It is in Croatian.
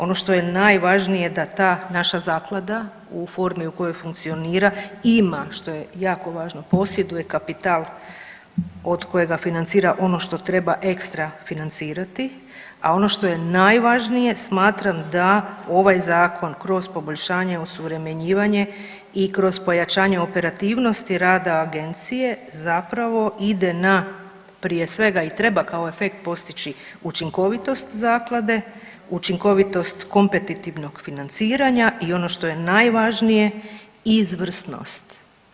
Ono što je najvažnije da ta naša zaklada u formi u kojoj funkcionira ima što je jako važno, posjeduje kapital od kojega financira ono što treba ekstra financirati, a ono što je najvažnije smatram da ovaj zakon kroz poboljšanje, osuvremenjivanje i kroz pojačanje operativnosti rada agencije zapravo ide na prije svega i treba kao efekt postići učinkovitost zaklade, učinkovitost kompetitivnog financiranja i ono što je najvažnije izvrsnost.